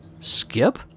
Skip